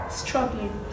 struggling